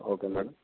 okay madam